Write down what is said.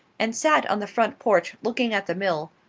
and sat on the front porch looking at the mill,